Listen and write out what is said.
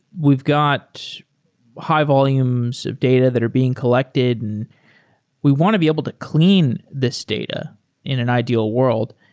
we've got high volumes of data that are being collected and we want to be able to clean this data in an ideal world.